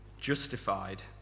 justified